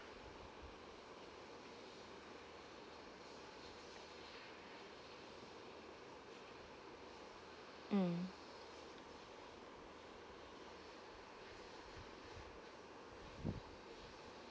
mm